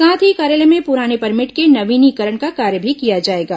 साथ ही कार्यालय में पुराने परमिट के नवीनीकरण का कार्य भी किया जाएगा